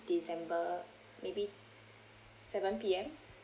december maybe seven P_M